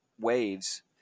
waves